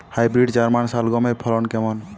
Hybrid German শালগম এর ফলন কেমন?